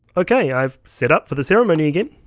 ok, i've set up for the ceremony again.